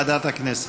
יושב-ראש ועדת הכנסת.